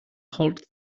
halt